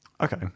okay